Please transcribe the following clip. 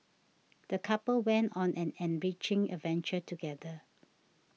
the couple went on an enriching adventure together